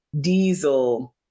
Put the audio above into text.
Diesel